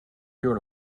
your